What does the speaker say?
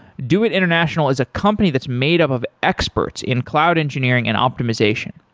doit international is a company that's made up of experts in cloud engineering and optimization.